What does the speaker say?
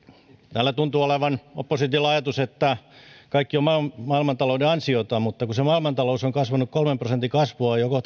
täällä tuntuu olevan oppositiolla ajatus että kaikki on maailmantalouden ansiota mutta kun se maailmantalous on kasvanut kolmen prosentin kasvua jo